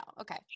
Okay